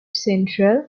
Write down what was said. central